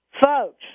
Folks